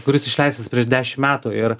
kuris išleistas prieš dešim metų ir